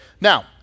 Now